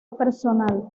personal